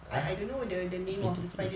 I I don't know the the name of the spider